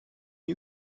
you